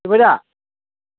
थोबाय दा